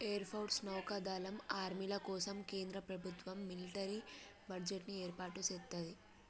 air force, నౌకా దళం, ఆర్మీల కోసం కేంద్ర ప్రభుత్వం మిలిటరీ బడ్జెట్ ని ఏర్పాటు సేత్తది